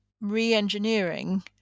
re-engineering